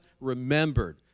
remembered